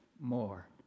more